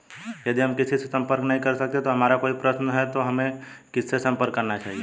यदि हम किसी से संपर्क नहीं कर सकते हैं और हमारा कोई प्रश्न है तो हमें किससे संपर्क करना चाहिए?